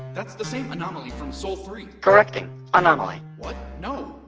that's the same anomaly from sol three correcting anomaly what? no!